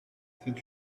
c’est